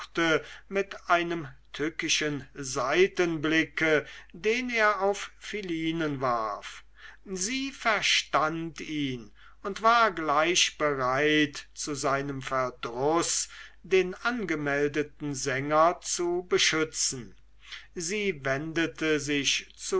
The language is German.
mit einem tückischen seitenblicke den er auf philinen warf sie verstand ihn und war gleich bereit zu seinem verdruß den angemeldeten sänger zu beschützen sie wendete sich